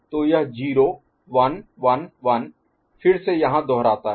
तो यह 0 1 1 1 1 फिर से यहां दोहराता है